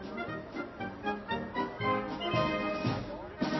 en